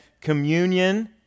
communion